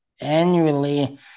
annually